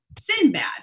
Sinbad